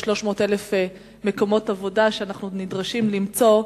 ו-300,000 מקומות עבודה שאנחנו עוד נדרשים למצוא,